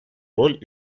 роль